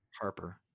Harper